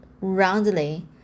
roundly